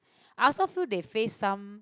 I also feel they face some